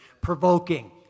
provoking